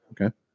okay